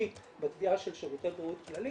אישית בתביעה של שירותי בריאות כללית,